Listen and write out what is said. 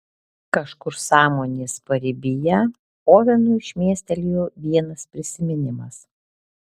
kažkur sąmonės paribyje ovenui šmėstelėjo vienas prisiminimas